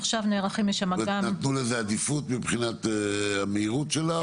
נתנו לזה עדיפות מבחינת המהירות שלה?